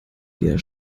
wir